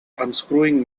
unscrewing